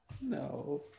No